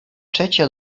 trzecia